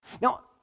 Now